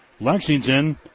Lexington